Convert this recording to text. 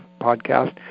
podcast